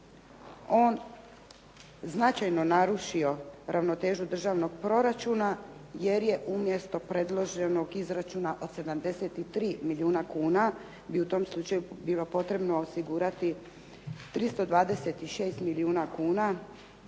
on značajno narušio ravnotežu državnog proračuna jer je umjesto predloženog izračuna od 73 milijuna kuna bi u tom slučaju bilo potrebno osigurati 326 milijuna kuna